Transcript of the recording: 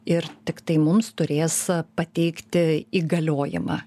ir tiktai mums turės pateikti įgaliojimą